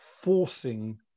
forcing